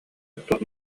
туох